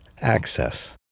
access